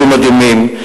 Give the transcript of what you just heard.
היו מדהימים.